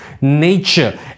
nature